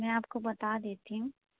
मैं आपको बता देती हूँ